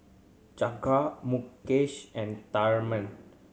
Jehangirr Mukesh and Tharman